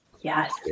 Yes